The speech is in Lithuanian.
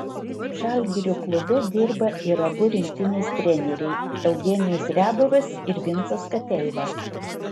žalgirio klube dirba ir abu rinktinės treneriai eugenijus riabovas ir vincas kateiva